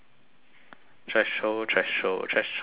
threshold threshold threshold threshold